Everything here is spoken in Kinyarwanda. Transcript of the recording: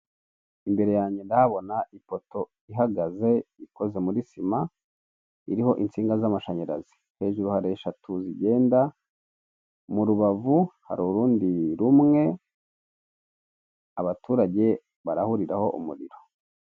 Imbere yanjye ndabona ipoto ihagaze ikoze muri sima, iriho insinga z'amashanyarazi hejuru hari eshatu zigenda, mu rubavu hari urundi rumwe abaturage barahuriraho umuriro.